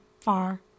far